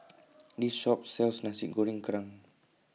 This Shop sells Nasi Goreng Kerang